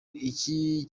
iki